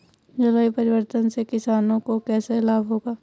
जलवायु परिवर्तन से किसानों को कैसे लाभ होगा?